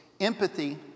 empathy